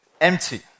empty